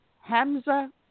Hamza